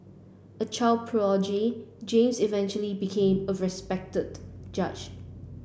a child prodigy James eventually became a respected judge